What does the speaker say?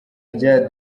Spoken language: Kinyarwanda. rya